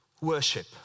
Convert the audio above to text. worship